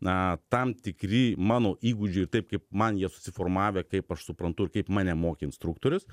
na tam tikri mano įgūdžiai ir taip kaip man jie susiformavę kaip aš suprantu ir kaip mane mokė instruktorius